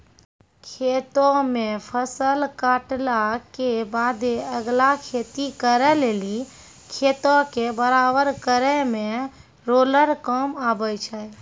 खेतो मे फसल काटला के बादे अगला खेती करे लेली खेतो के बराबर करै मे रोलर काम आबै छै